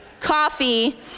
coffee